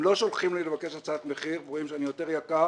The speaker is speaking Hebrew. הם לא שולחים לי לבקש הצעת מחיר ורואים שאני יותר יקר,